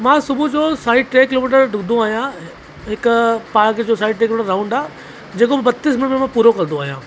मां सुबुह जो साढी टे किलोमीटर ॾुंकदो आहियां हिक पार्क जो साइड ते हिकिड़ो राउंड आहे जेको बत्तीस मिंट में पूरो कंदो आहियां